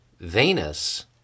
Venus